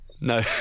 No